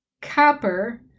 copper